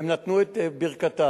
והם נתנו את ברכתם.